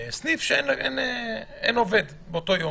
בסניף שאין עובד באותו יום.